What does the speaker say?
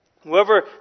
Whoever